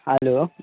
hello